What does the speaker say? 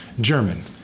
German